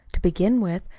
to begin with,